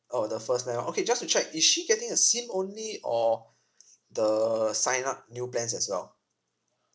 orh the first line okay just to check is she getting a SIM only or the sign up new plans as well